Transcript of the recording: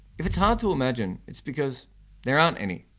if it's hard to imagine it's because there aren't any.